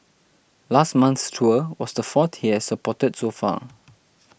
last month's tour was the fourth he has supported so far